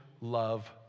love